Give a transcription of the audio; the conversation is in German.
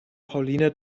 pauline